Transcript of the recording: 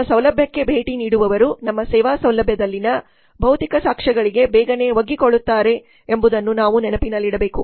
ನಮ್ಮ ಸೌಲಭ್ಯಕ್ಕೆ ಭೇಟಿ ನೀಡುವವರು ನಮ್ಮ ಸೇವಾ ಸೌಲಭ್ಯದಲ್ಲಿನ ಭೌತಿಕ ಸಾಕ್ಷ್ಯಗಳಿಗೆ ಬೇಗನೆ ಒಗ್ಗಿಕೊಳ್ಳುತ್ತಾರೆ ಎಂಬುದನ್ನು ನಾವು ನೆನಪಿನಲ್ಲಿಡಬೇಕು